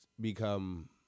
become